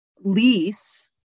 lease